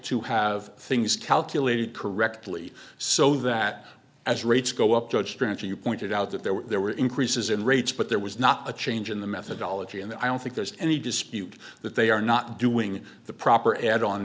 to have things calculated correctly so that as rates go up judge strategy you pointed out that there were there were increases in rates but there was not a change in the methodology and i don't think there's any dispute that they are not doing the proper add on